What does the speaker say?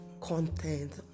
content